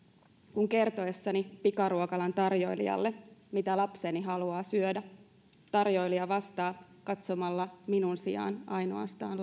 kun kertoessani pikaruokalan tarjoilijalle mitä lapseni haluaa syödä tarjoilija vastaa katsomalla minun sijaani ainoastaan